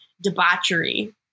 debauchery